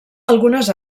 algunes